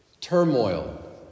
turmoil